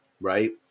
right